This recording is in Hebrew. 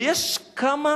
ויש כמה